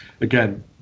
again